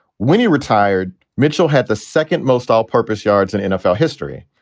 when you retired. mitchell had the second most all purpose yards in nfl history.